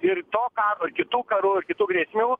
ir to karo ir kitų karų ir kitų grėsmių